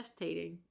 gestating